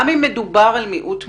רגע גליה, גם אם מדובר על מיעוט מפקחים,